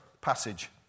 passage